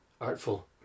artful